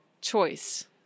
choice